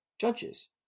judges